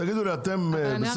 תגידו לי, אתם בסדר?